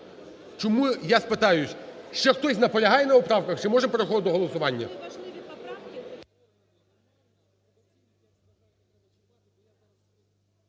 Чому я спитаюсь: ще хтось наполягає на поправках? Чи можна переходити до голосування?